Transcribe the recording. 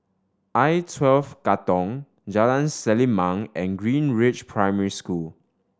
I Twelve Katong Jalan Selimang and Greenridge Primary School